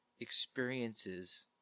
experiences